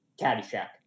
Caddyshack